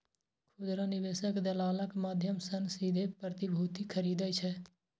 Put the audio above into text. खुदरा निवेशक दलालक माध्यम सं सीधे प्रतिभूति खरीदै छै